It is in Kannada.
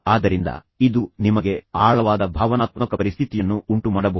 ಆದ್ದರಿಂದ ಇದು ನಿಮಗೆ ಆಳವಾದ ಭಾವನಾತ್ಮಕ ಪರಿಸ್ಥಿತಿಯನ್ನು ಉಂಟುಮಾಡಬಹುದು